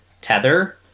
Tether